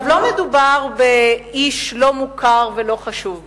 לא מדובר באיש לא מוכר ולא חשוב בספרד,